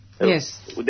Yes